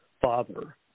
father